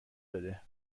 داده